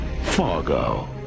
Fargo